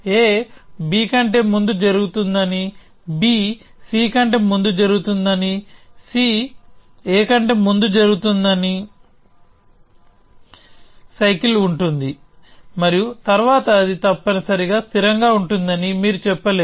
ab కంటే ముందు జరుగుతుందని bc కంటే ముందు జరుగుతుందని ca కంటే ముందు జరుగుతుందని సైకిల్ ఉంటుంది మరియు తరువాత అది తప్పనిసరిగా స్థిరంగా ఉంటుందని మీరు చెప్పలేరు